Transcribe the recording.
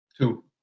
Two